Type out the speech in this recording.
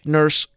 Nurse